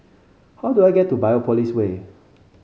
how do I get to Biopolis Way